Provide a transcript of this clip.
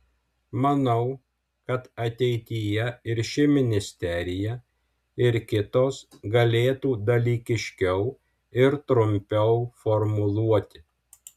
manau kad ateityje ir ši ministerija ir kitos galėtų dalykiškiau ir trumpiau formuluoti